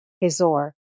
Hazor